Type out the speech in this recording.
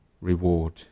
reward